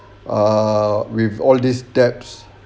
err with all these debts